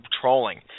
trolling